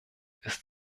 ist